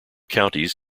counties